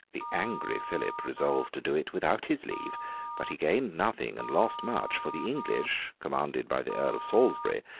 the angry philip resolved to do it without his leave but he gained nothing and lost much for, the english, commanded by the earl of salisbury,